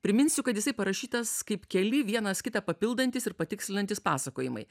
priminsiu kad jisai parašytas kaip keli vienas kitą papildantys ir patikslinantys pasakojimai